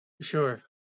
Sure